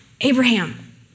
Abraham